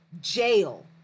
jail